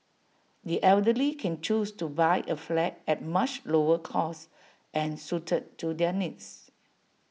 the elderly can choose to buy A flat at much lower cost and suited to their needs